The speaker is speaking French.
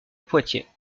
poitiers